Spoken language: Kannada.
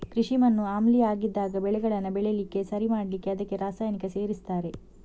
ಕೃಷಿ ಮಣ್ಣು ಆಮ್ಲೀಯ ಆಗಿದ್ದಾಗ ಬೆಳೆಗಳನ್ನ ಬೆಳೀಲಿಕ್ಕೆ ಸರಿ ಮಾಡ್ಲಿಕ್ಕೆ ಅದಕ್ಕೆ ರಾಸಾಯನಿಕ ಸೇರಿಸ್ತಾರೆ